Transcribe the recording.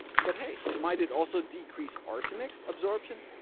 but hey, might it also decrease arsenic absorption?